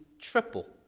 triple